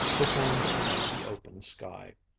performed under the open sky.